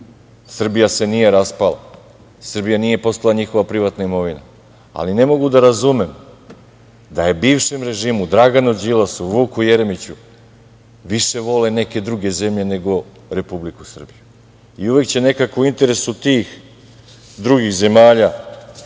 Srbija se nije raspala, Srbija nije postala njihova privatna imovina, ali ne mogu da razumem da su bivšem režimu, Draganu Đilasu, Vuku Jeremiću, draže neke druge zemlje nego Republika Srbija. I uvek će nekako u interesu tih drugih zemalja,